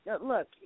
Look